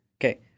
okay